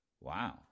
Wow